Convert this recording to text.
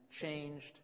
changed